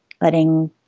letting